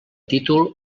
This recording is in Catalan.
títol